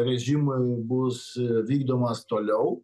režimui bus vykdomas toliau